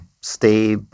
stay